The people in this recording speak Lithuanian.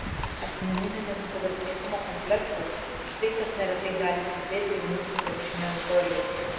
asmeninio nevisavertiškumo kompleksas štai kas neretai gali slypėti už mūsų krepšinio euforijos